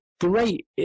great